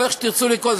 או איך שתרצו לקרוא לזה,